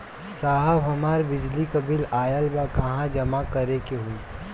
साहब हमार बिजली क बिल ऑयल बा कहाँ जमा करेके होइ?